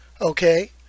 Okay